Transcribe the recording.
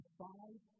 five